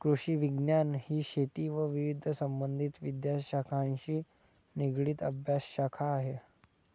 कृषिविज्ञान ही शेती व विविध संबंधित विद्याशाखांशी निगडित अभ्यासशाखा आहे